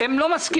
הם לא מסכימים.